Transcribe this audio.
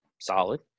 Solid